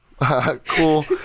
cool